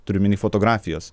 turiu omeny fotografijos